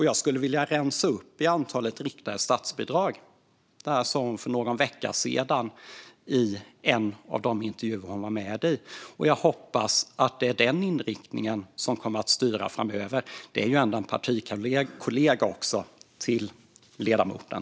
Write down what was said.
Jag skulle verkligen vilja rensa upp i antalet riktade statsbidrag." Det här sa hon för någon vecka sedan i en av de intervjuer hon gav, och jag hoppas att det är den inriktningen som kommer att styra framöver. Det här är ju också en partikollega till ledamoten.